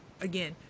Again